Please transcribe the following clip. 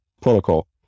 protocol